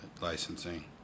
licensing